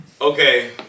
Okay